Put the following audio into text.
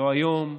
לא היום,